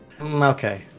okay